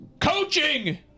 coaching